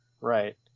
right